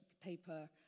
paper